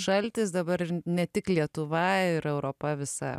šaltis dabar ne tik lietuva ir europa visa